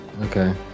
Okay